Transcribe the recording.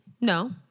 No